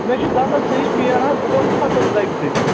مےٚ چھُ دَنٛدَس صحیح پین حظ بہٕ گوس ختم دَگہِ سۭتۍ